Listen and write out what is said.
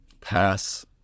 pass